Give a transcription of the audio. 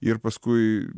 ir paskui